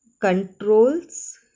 Controls